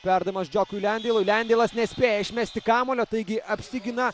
perdavimas džokui lendeilui lendeilas nespėja išmesti kamuolio taigi apsigina